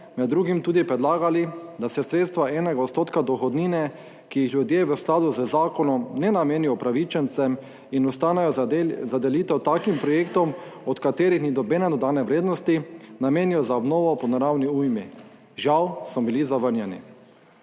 med drugim tudi predlagali, da se sredstva enega odstotka dohodnine, ki jih ljudje v skladu z zakonom ne namenijo upravičencem in ostanejo za delitev takim projektom, od katerih ni nobene dodane vrednosti, namenijo za obnovo po naravni ujmi. Žal so bili zavrnjeni.